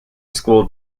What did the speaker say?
school